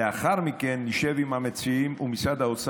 ולאחר מכן נשב עם המציעים ועם משרד האוצר,